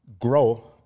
grow